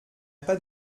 pas